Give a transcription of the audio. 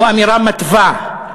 הוא אמירה מתווה,